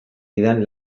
didan